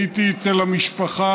הייתי אצל המשפחה,